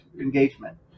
engagement